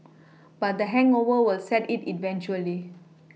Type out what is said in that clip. but the hangover was set in eventually